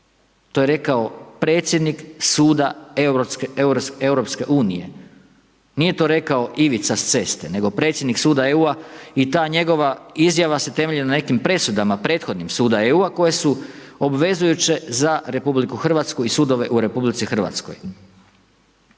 to je rekao predsjednik suda EU, nije to rekao Ivica s ceste, nego predsjednik suda EU i ta njegova izjava se temelji na nekim presudama prethodnim suda EU koje su obvezujuće za RH i sudove u RH. Ja ću svakako